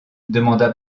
demanda